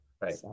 right